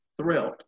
thrilled